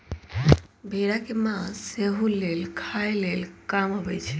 भेड़ा के मास सेहो लेल खाय लेल काम अबइ छै